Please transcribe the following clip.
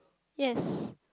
yes